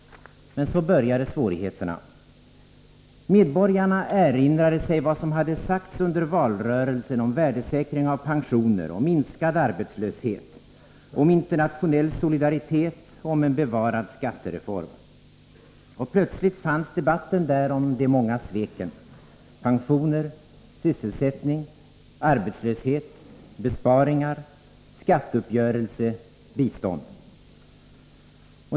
Men så började svårigheterna. Medborgarna erinrade sig vad som hade sagts under valrörelsen om värdesäkring av pensioner, om minskad arbetslöshet, om internationell solidaritet och om bevarad skattereform. Och plötsligt fanns debatten där om de många sveken: pensioner, sysselsättning, arbetslöshet, besparingar, skatteuppgörelse och bistånd.